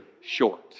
short